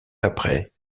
après